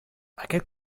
aquest